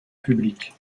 public